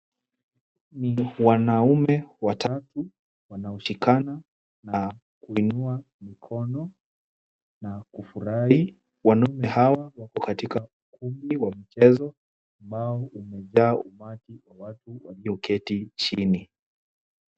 Ni wanaume watatu wanaoshikana na kuinua mikono na kufurahi. Wanaume hawa wako katika ukumbi kwa mchezo ambao umejaa umati wa watu walioketi chini.